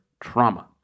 trauma